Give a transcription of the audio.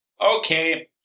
okay